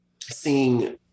seeing